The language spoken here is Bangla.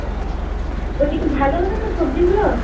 ওকে বলছি ভালো হবে তো সবজিগুলো